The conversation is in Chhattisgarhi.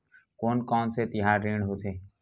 कोन कौन से तिहार ऋण होथे?